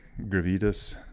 gravitas